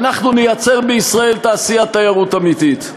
ואנחנו ניצור בישראל תעשיית תיירות אמיתית.